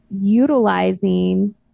utilizing